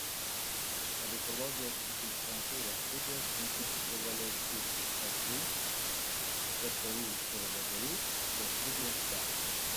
edukologijos magistrantūros studijas naikinti privalės tik asu ktu ir vdu šias studijas tęs